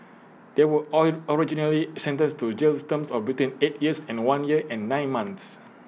they were all originally sentenced to jail terms of between eight years and one year and nine months